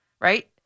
right